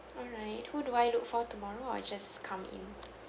alright who do I look for tomorrow or just come in